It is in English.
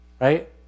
Right